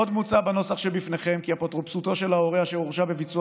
עוד מוצע בנוסח שבפניכם כי אפוטרופסותו של הורה אשר הורשע בביצוע